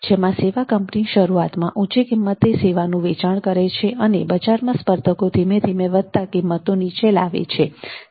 જેમાં સેવા કંપની શરૂઆતમાં ઉંચી કિંમતે સેવાનો વેચાણ કરે છે અને બજારમાં સ્પર્ધકો વધતા ધીમે ધીમે કિંમતો નીચે લાવે છે